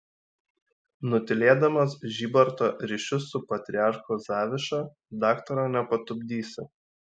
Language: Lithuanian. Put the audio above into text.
nutylėdamas žybarto ryšius su patriarchu zaviša daktaro nepatupdysi